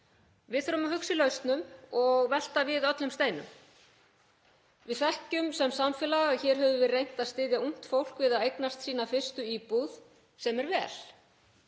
Við þurfum að hugsa í lausnum og velta við öllum steinum. Við þekkjum sem samfélag að hér höfum við reynt að styðja ungt fólk við að eignast sína fyrstu íbúð, sem er vel.